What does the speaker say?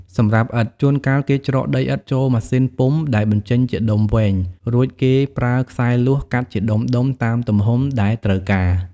សម្រាប់ឥដ្ឋ ជួនកាលគេច្រកដីឥដ្ឋចូលម៉ាស៊ីនពុម្ពដែលបញ្ចេញជាដុំវែង រួចគេប្រើខ្សែលួសកាត់ជាដុំៗតាមទំហំដែលត្រូវការ។